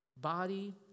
body